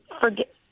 forget